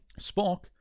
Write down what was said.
Spock